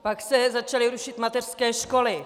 Pak se začaly rušit mateřské školy.